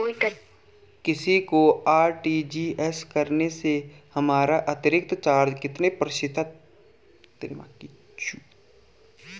किसी को आर.टी.जी.एस करने से हमारा अतिरिक्त चार्ज कितने प्रतिशत लगता है?